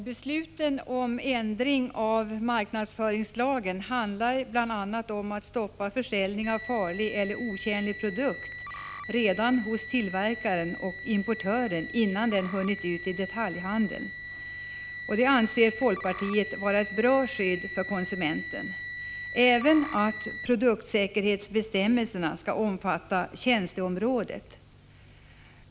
Herr talman! Ärendet om ändringar i marknadsföringslagen handlar bl.a. om stopp för försäljning av farlig eller otjänlig produkt redan hos tillverkaren eller importören, alltså innan den hunnit ut i detaljhandeln — en åtgärd som folkpartiet anser vara ett bra skydd för konsumenten — liksom utvidgning av produktsäkerhetsbestämmelsernas tillämpning till att omfatta även tjänsteområdet.